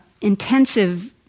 intensive